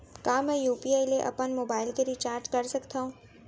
का मैं यू.पी.आई ले अपन मोबाइल के रिचार्ज कर सकथव?